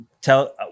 tell